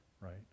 right